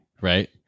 Right